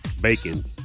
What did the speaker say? bacon